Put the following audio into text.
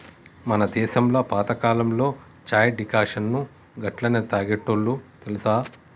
మన దేసంలో పాతకాలంలో చాయ్ డికాషన్ను గట్లనే తాగేటోల్లు తెలుసా